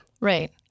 Right